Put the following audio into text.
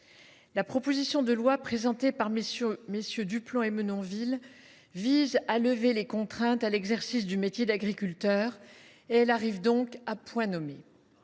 La proposition de loi présentée par messieurs Duplomb et Menonville visant à lever les contraintes à l’exercice du métier d’agriculteur arrive donc à point nommé.